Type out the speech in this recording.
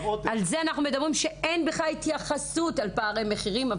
אנחנו מדברים על זה שאין התייחסות לפערי מחירים.